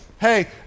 hey